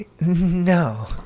No